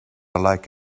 like